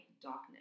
darkness